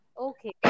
Okay